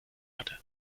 hatte